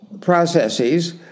processes